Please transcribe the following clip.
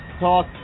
talk